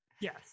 yes